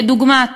דוגמת